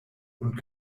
und